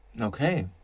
Okay